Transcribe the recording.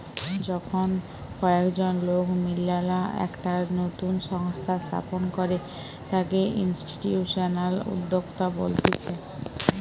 যখন কয়েকজন লোক মিললা একটা নতুন সংস্থা স্থাপন করে তাকে ইনস্টিটিউশনাল উদ্যোক্তা বলতিছে